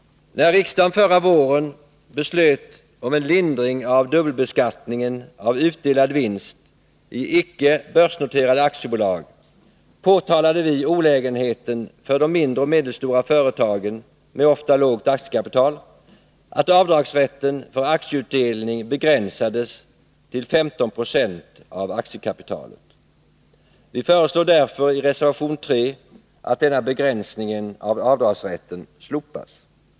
När riksdagen förra våren beslöt om en lindring av dubbelbeskattningen av utdelad vinst i icke börsnoterade aktiebolag påtalade vi olägenheten för de mindre och medelstora företagen med ofta lågt aktiekapital av att avdragsrätten för aktieutdelning begränsades till 15 90 av aktiekapitalet. Vi föreslår därför i reservation 3 att denna begränsning av avdragsrätten slopas.